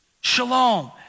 Shalom